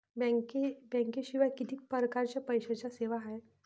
बँकेशिवाय किती परकारच्या पैशांच्या सेवा हाय?